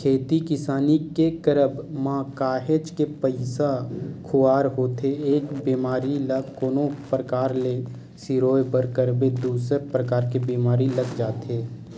खेती किसानी के करब म काहेच के पइसा खुवार होथे एक बेमारी ल कोनो परकार ले सिरोय बर करबे दूसर परकार के बीमारी लग जाथे